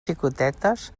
xicotetes